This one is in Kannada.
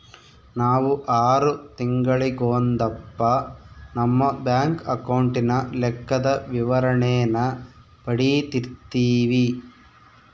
ನಾವು ಆರು ತಿಂಗಳಿಗೊಂದಪ್ಪ ನಮ್ಮ ಬ್ಯಾಂಕ್ ಅಕೌಂಟಿನ ಲೆಕ್ಕದ ವಿವರಣೇನ ಪಡೀತಿರ್ತೀವಿ